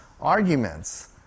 arguments